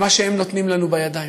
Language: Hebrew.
למה שהם נותנים לנו בידיים.